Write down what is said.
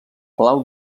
palau